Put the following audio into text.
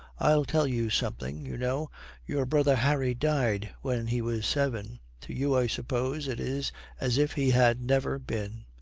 i'll tell you something. you know your brother harry died when he was seven. to you, i suppose, it is as if he had never been.